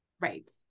Right